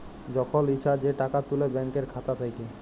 যখল ইছা যে টাকা তুলে ব্যাংকের খাতা থ্যাইকে